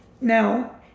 Now